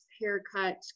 haircut